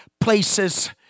places